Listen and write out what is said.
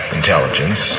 intelligence